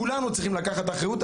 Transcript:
כולנו צריכים לקחת אחריות,